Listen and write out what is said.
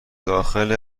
داخل